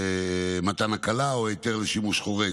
מתן הקלה או היתר לשימוש חורג.